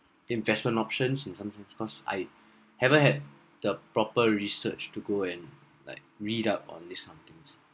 investment options in something because I haven't had the proper research to go and like like read up on this kind of things